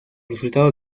resultado